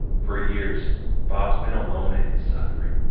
for years bob's been alone in his suffering.